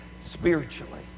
spiritually